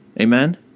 Amen